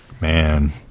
Man